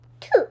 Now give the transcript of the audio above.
Two